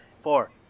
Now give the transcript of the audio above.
Four